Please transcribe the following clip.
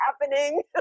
happening